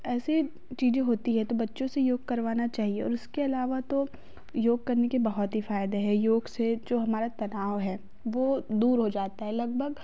ऐसे चीज़े होती हैं तो बच्चों से योग करवाना चाहिए और उसके अलावा तो योग करने के बहुत ही फायदे है योग से जो हमारा तनाव है वह दूर हो जाता है लगभग